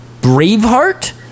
Braveheart